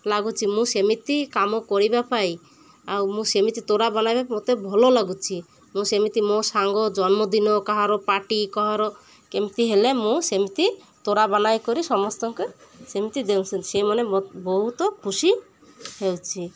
ଲାଗୁଛି ମୁଁ ସେମିତି କାମ କରିବା ପାଇଁ ଆଉ ମୁଁ ସେମିତି ତୋଡ଼ା ବନାଇବା ମୋତେ ଭଲ ଲାଗୁଛି ମୁଁ ସେମିତି ମୋ ସାଙ୍ଗ ଜନ୍ମଦିନ କାହାର ପାର୍ଟି କାହାର କେମିତି ହେଲେ ମୁଁ ସେମିତି ତୋଡ଼ା ବନାଇ କରି ସମସ୍ତଙ୍କ ସେମିତି ସେମାନେ ବହୁତ ଖୁସି ହେଉଛି